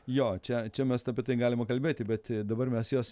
jo čia čia mes apie tai galima kalbėti bet dabar mes jos